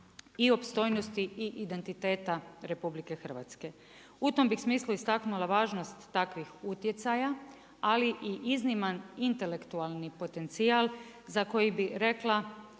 i opstojnosti i identiteta RH. U tom bi smislu istaknula važnost takvih utjecaja, ali i izniman intelektualni potencijal za koji bi rekla